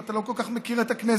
אתה לא כל כך מכיר את הכנסת.